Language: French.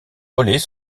relais